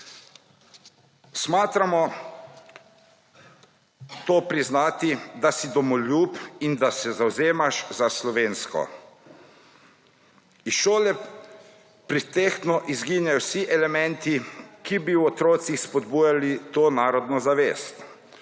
Smatramo to priznati, da si domoljub in da se zavzemaš za slovensko. Iz šole pretehtano izginjajo vsi elementi, ki bi v otrocih spodbujali to narodno zavest.